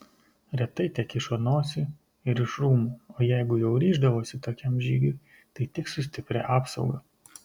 retai tekišo nosį ir iš rūmų o jeigu jau ryždavosi tokiam žygiui tai tik su stipria apsauga